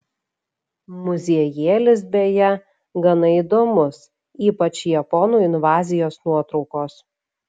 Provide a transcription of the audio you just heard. muziejėlis beje gana įdomus ypač japonų invazijos nuotraukos